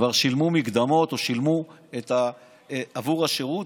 כבר שילמו מקדמות או שילמו עבור השירות,